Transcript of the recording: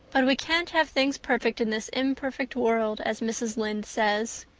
but we can't have things perfect in this imperfect world, as mrs. lynde says.